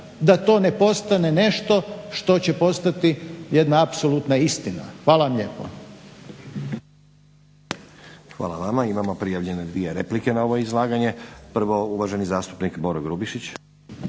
da to ne postane nešto što će postati jedna apsolutna istina. Hvala vam lijepo. **Stazić, Nenad (SDP)** Hvala vama. Imamo prijavljene dvije replike na ovo izlaganje. Prvo uvaženi zastupnik Boro Grubišić.